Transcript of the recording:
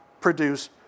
produce